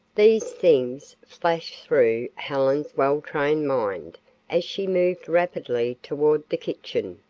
these things flashed through helen's well-trained mind as she moved rapidly toward the kitchen.